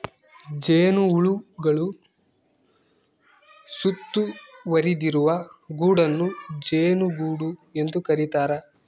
ಜೇನುಹುಳುಗಳು ಸುತ್ತುವರಿದಿರುವ ಗೂಡನ್ನು ಜೇನುಗೂಡು ಎಂದು ಕರೀತಾರ